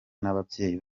n’ababyeyi